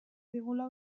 digula